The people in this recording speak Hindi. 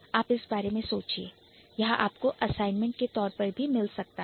आप इस बारे में सोचें यह आपको Assignment असाइनमेंट के तौर पर भी मिल सकता है